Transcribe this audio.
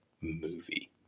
movie